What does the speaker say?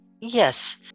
Yes